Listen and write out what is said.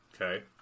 Okay